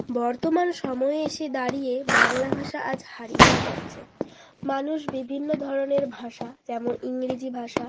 বর্তমান সময়ে এসে দাঁড়িয়ে বাংলা ভাষা আজ হারিয়েই যাচ্ছে মানুষ বিভিন্ন ধরনের ভাষা যেমন ইংরেজি ভাষা